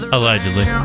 Allegedly